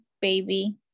baby